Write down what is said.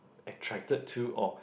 attracted to or